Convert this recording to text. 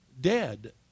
dead